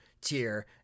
tier